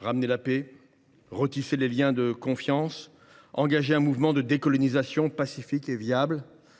ramener la paix, retisser les liens de la confiance et engager un mouvement de décolonisation pacifique et viable.